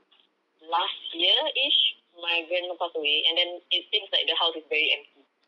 last yearish my grandma and then it seems like the house is very empty